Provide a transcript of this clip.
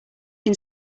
can